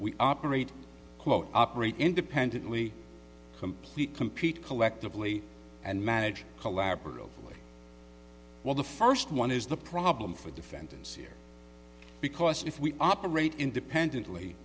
we operate quote operate independently complete compete collectively and manage collaboratively well the first one is the problem for defendants here because if we operate independently